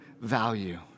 value